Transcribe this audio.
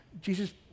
Jesus